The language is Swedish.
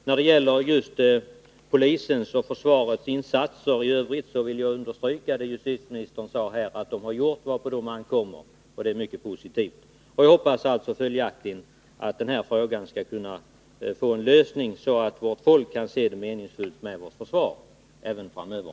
När det gäller polisens och försvarets insatser i övrigt vill jag understryka vad justitieministern sade om att de gjort vad på dem ankommer. Det är mycket positivt. Jag hoppas följaktligen att denna fråga skall kunna få en lösning, så att vårt folk skall anse att vårt försvar är meningsfullt även framöver.